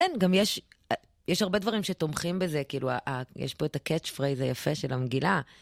כן, גם יש הרבה דברים שתומכים בזה, כאילו יש פה את הקטש פרייז היפה של המגילה.